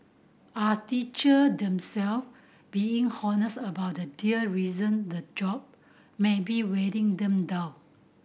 are teacher them self being honest about dear reason the job might be wearing them down